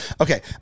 Okay